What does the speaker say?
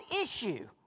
issue